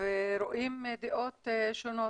ורואים דעות שונות.